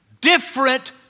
Different